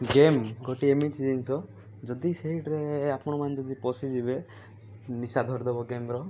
game ଗୋଟିଏ ଏମିତି ଜିନିଷ ଯଦି ସେଇଟି ଆପଣମାନେ ଯଦି ପଶିଯିବେ ନିଶା ଧରିଦେବ ଗେମ୍ର